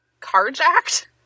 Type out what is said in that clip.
carjacked